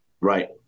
Right